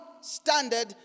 standard